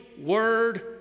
word